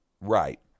Right